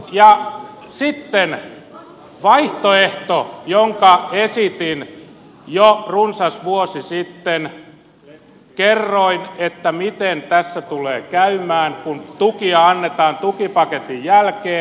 ja sitten vaihtoehto jonka esitin jo runsas vuosi sitten kerroin miten tässä tulee käymään kun tukia annetaan tukipaketin jälkeen